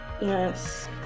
yes